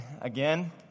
again